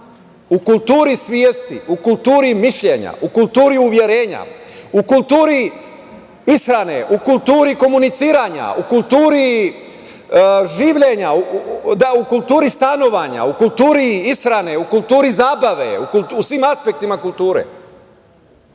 u kulturi svesti, u kulturi mišljenja, u kulturi uverenja, u kulturi ishrane, u kulturi komuniciranja, u kulturi življenja, u kulturi stanovanja, u kulturi zabave, u svim aspektima kulture. Dakle,